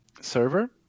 server